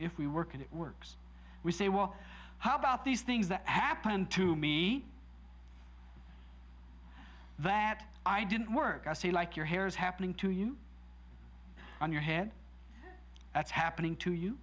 if we work and it works we say well how about these things that happened to me that i didn't work i see like your hair's happening to you on your head that's happening to you